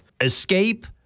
escape